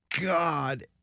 God